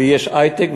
ויש היי-טק,